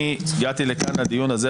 הגעתי לכאן לדיון הזה,